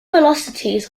velocities